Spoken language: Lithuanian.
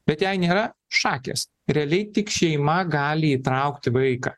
bet jei nėra šakės realiai tik šeima gali įtraukti vaiką